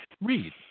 Read